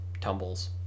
tumbles